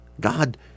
God